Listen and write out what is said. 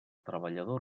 treballador